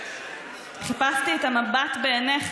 חיפשתי את המבט בעיניך.